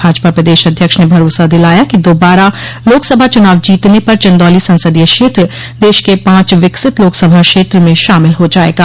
भाजपा प्रदेश अध्यक्ष ने भरोसा दिलाया कि दोबारा लोकसभा चुनाव जीतने पर चंदौली संसदीय क्षेत्र देश के पांच विकसित लोकसभा क्षेत्र में शामिल हो जायेगा